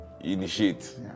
Initiate